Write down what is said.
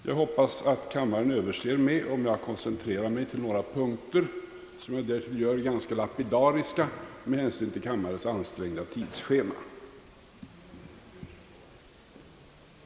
Jag hoppas man överser med att jag koncentrerar mig på några punkter, ganska lapidariskt med hänsyn till kammarens ansträngda tidsschema.